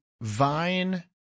Vine